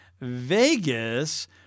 Vegas